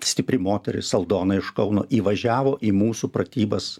stipri moteris aldona iš kauno įvažiavo į mūsų pratybas